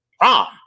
prom